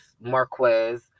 Marquez